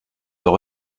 leur